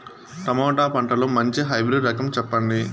Tomato పంటలో మంచి hybrid రకం చెప్పండి?